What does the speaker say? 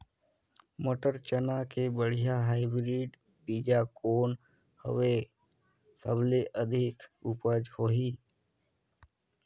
मटर, चना के बढ़िया हाईब्रिड बीजा कौन हवय? सबले अधिक उपज होही?